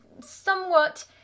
somewhat